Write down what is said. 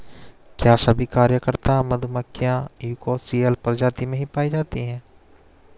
क्या सभी कार्यकर्ता मधुमक्खियां यूकोसियल प्रजाति में ही पाई जाती हैं?